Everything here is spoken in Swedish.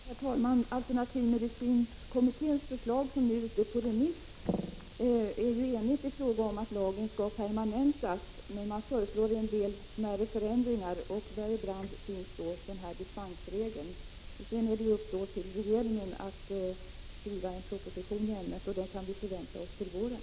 Herr talman! Alternativmedicinkommittén, vars betänkande nu är ute på remiss, är enigt i fråga om att lagen skall permanentas. Men kommittén föreslår en del smärre förändringar, däribland den dispensregel som vi diskuterar. Det ankommer sedan på regeringen att skriva en proposition i ämnet, och en sådan kan vi förvänta oss till våren.